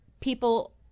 people